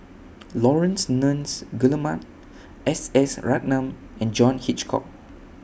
Laurence Nunns Guillemard S S Ratnam and John Hitchcock